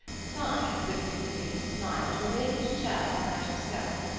signed, with a significant smile, to a vacant chair beside himself.